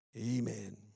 Amen